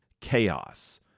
chaos